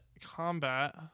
combat